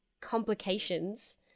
complications